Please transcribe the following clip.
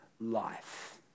life